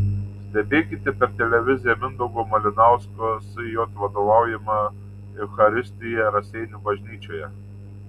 stebėkite per televiziją mindaugo malinausko sj vadovaujamą eucharistiją raseinių bažnyčioje